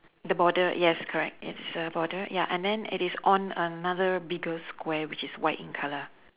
the border yes correct it's a border ya and then it is on another bigger square which is white in colour